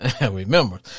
Remember